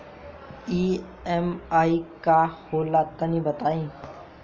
EMI का होला तनि बताई?